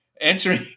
Answering